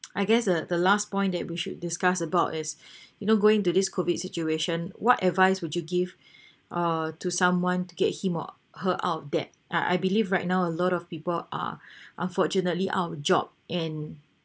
I guess the the last point that we should discuss about is you know going into this COVID situation what advice would you give uh to someone to get him or her out debt I I believe right now a lot of people are unfortunately out of job and